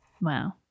Wow